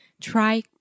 Try